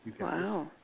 Wow